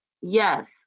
yes